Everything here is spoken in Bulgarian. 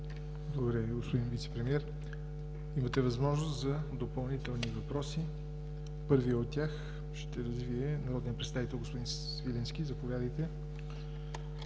Ви, господин Вицепремиер. Имате възможност за допълнителни въпроси. Първият от тях ще развие народният представител господин Свиленски. Заповядайте.